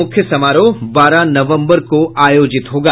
मुख्य समारोह बारह नवंबर को आयोजित होगा